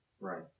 Right